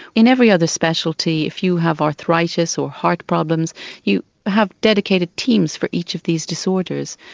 in every other specialty, if you have arthritis or heart problems you have dedicated teams for each of these disorders,